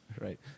right